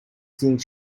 think